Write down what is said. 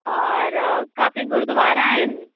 और काफ़ी गुरुद्वारा आहिनि